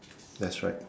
that's right